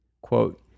Quote